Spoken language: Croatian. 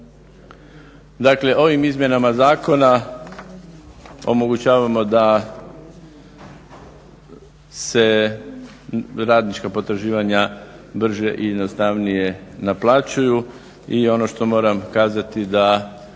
Dakle ovim izmjenama zakona omogućavamo da se radnička potraživanja brže i jednostavnije naplaćuju i ono što moram kazati da